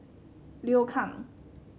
Liu Kang